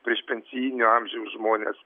priešpensijinio amžiaus žmonės